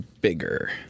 bigger